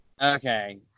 Okay